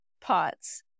pots